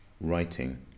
writing